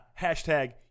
hashtag